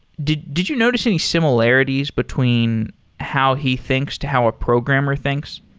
did did you notice any similarities between how he thinks to how a programmer thinks?